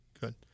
good